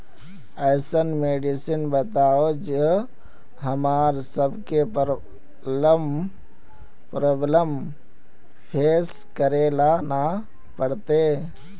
ऐसन मेडिसिन बताओ जो हम्मर सबके प्रॉब्लम फेस करे ला ना पड़ते?